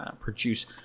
produce